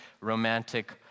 romantic